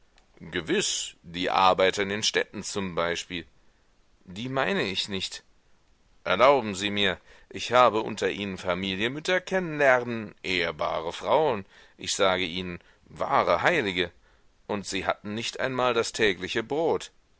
gewiß die arbeiter in den städten zum beispiel die meine ich nicht erlauben sie mir ich habe unter ihnen familienmütter kennen lernen ehrbare frauen ich sage ihnen wahre heilige und sie hatten nicht einmal das tägliche brot